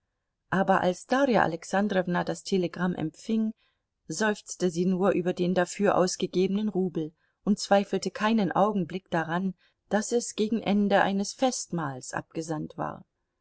aber als darja alexandrowna das telegramm empfing seufzte sie nur über den dafür ausgegebenen rubel und zweifelte keinen augenblick daran daß es gegen ende eines festmahls abgesandt war